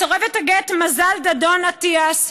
מסורבת הגט מזל דדון-אטיאס,